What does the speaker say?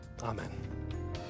Amen